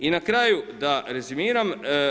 I na kraju da rezimiram.